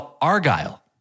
Argyle